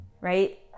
right